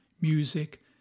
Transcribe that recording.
music